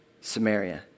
Samaria